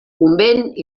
convent